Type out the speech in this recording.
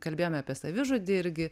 kalbėjome apie savižudį irgi